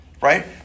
Right